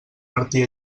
martí